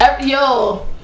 yo